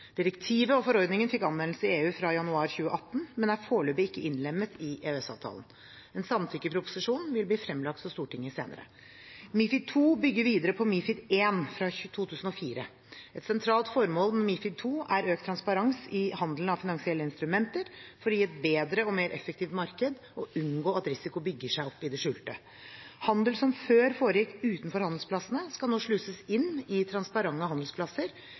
Direktivet og forordningen fikk anvendelse i EU fra januar 2018, men er foreløpig ikke innlemmet i EØS-avtalen. En samtykkeproposisjon vil bli fremlagt for Stortinget senere. MiFID II bygger videre på MiFID I fra 2004. Et sentralt formål med MiFID II er økt transparens i handelen av finansielle instrumenter, for å gi et bedre og mer effektivt marked og unngå at risiko bygger seg opp i det skjulte. Handel som før foregikk utenfor handelsplassene, skal nå sluses inn i transparente handelsplasser